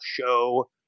show